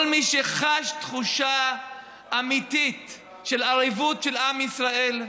כל מי שחש תחושה אמיתית של ערבות של עם ישראל,